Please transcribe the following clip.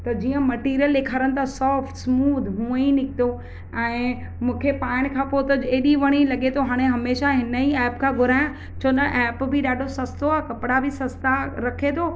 त जीअं मटेरियल ॾेखारनि त सॉफ्ट स्मूद हूंअं ई निकितो ऐं मूंखे पाइण खां पोइ त एॾी वणी लॻे थो हाणे हमेशा हिन ई ऐप खां घुरायां छो न ऐप बि ॾाढो सस्तो आहे कपिड़ा बि सस्ता रखे थो